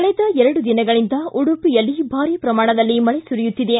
ಕಳೆದ ಎರಡು ದಿನಗಳಿಂದ ಉಡುಪಿಯಲ್ಲಿ ಭಾರಿ ಪ್ರಮಾಣದಲ್ಲಿ ಮಳೆ ಸುರಿಯುತ್ತಿದೆ